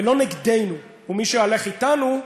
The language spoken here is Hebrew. ולא נגדנו, ומי שהולך אתנו,